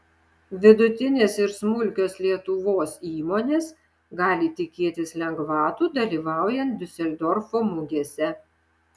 vidutinės ir smulkios lietuvos įmonės gali tikėtis lengvatų dalyvaujant diuseldorfo mugėse